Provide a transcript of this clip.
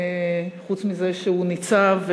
חוץ מזה שהוא ניצב,